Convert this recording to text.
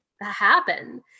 happen